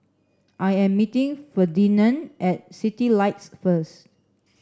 I am meeting Ferdinand at Citylights first